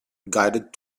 guided